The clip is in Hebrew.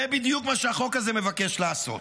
זה בדיוק מה שהחוק הזה מבקש לעשות,